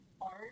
art